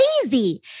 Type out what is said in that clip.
crazy